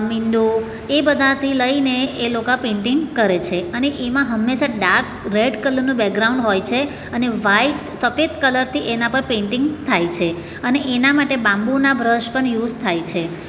મીંડું એ બધાથી લઈને એ લોકા પેઈન્ટીંગ કરે છે અને એમાં હંમેશા ડાર્ક રેડ કલરનું બેકગ્રાઉન્ડ હોય છે અને વ્હાઇટ સફેદ કલરથી એના પર પેઈન્ટીંગ થાય છે અને એના માટે બામ્બુનાં બ્રશ પણ યુઝ થાય છે